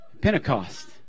Pentecost